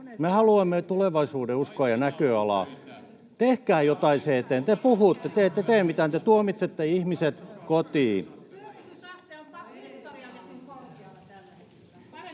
haluavat töitä!] ja näköalaa. Tehkää jotain sen eteen. Te puhutte, te ette tee mitään, te tuomitsette ihmiset kotiin.